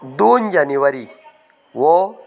दोन जानेवारी हो